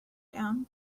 down